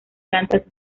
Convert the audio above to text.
plantas